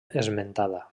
esmentada